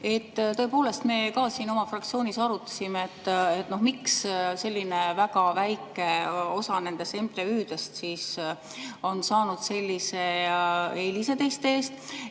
Tõepoolest, me ka siin oma fraktsioonis arutasime, miks selline väga väike osa nendest MTÜ-dest on saanud sellise eelise teiste ees.